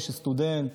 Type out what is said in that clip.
מי שסטודנט,